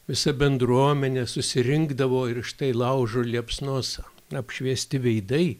visa bendruomenė susirinkdavo ir štai laužo liepsnos apšviesti veidai